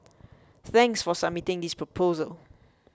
thanks for submitting this proposal